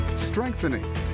strengthening